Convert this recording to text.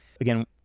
again